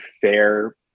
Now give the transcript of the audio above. fair